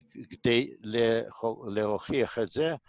כדי להוכיח את זה